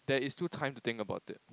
there is still time to think about it